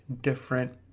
different